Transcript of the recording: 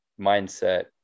mindset